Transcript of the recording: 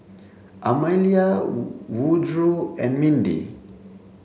Amalia Woodroe and Mindi